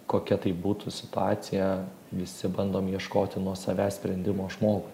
kokia tai būtų situacija visi bandom ieškoti nuo savęs sprendimo žmogui